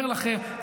אני אומר לכם,